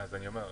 אז אני אומר: